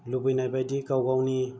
लुबैनाय बायदि गाव गावनि